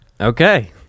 Okay